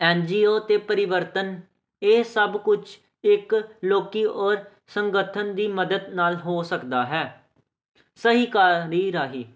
ਐਨ G O 'ਤੇ ਪਰਿਵਰਤਨ ਇਹ ਸਭ ਕੁਛ ਇੱਕ ਲੋਕ ਔਰ ਸੰਗਠਨ ਦੀ ਮਦਦ ਨਾਲ ਹੋ ਸਕਦਾ ਹੈ ਸਹਿਕਾਰੀ ਰਾਹੀਂ